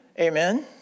Amen